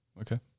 Okay